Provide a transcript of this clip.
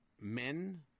men